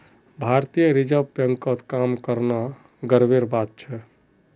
भारतीय रिजर्व बैंकत काम करना गर्वेर बात छेक